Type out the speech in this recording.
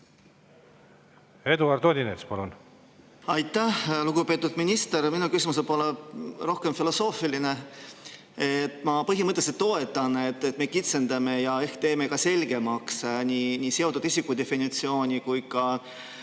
Eduard Odinets, palun! Aitäh! Lugupeetud minister! Minu küsimus on võib-olla rohkem filosoofiline. Ma põhimõtteliselt toetan seda, et me kitsendame ja ehk teeme ka selgemaks nii seotud isiku definitsiooni kui ka